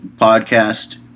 Podcast